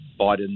Biden